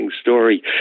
story